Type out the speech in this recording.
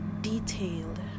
detailed